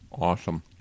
Awesome